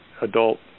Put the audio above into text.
adult